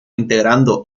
integrando